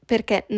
Perché